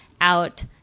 out